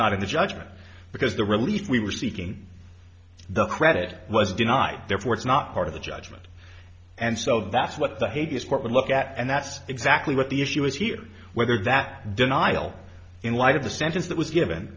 not in the judgment because the relief we were seeking the credit was denied therefore it's not part of the judgment and so that's what the hades court would look at and that's exactly what the issue is here whether that denial in light of the sentence that was given